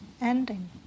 ending